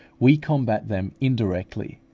we combat them indirectly,